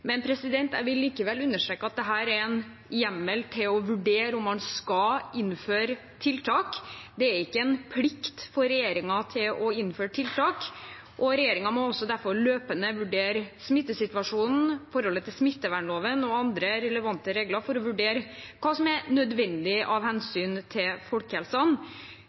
Men jeg vil likevel understreke at dette er en hjemmel til å vurdere om man skal innføre tiltak, det er ikke en plikt for regjeringen til å innføre tiltak. Regjeringen må derfor løpende vurdere smittesituasjonen, forholdet til smittevernloven og andre relevante regler for å vurdere hva som er nødvendig av hensyn til folkehelsen.